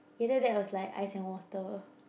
either that's was like ice and water